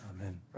Amen